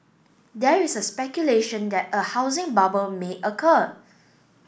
there is a speculation that a housing bubble may occur